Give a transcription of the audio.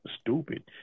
stupid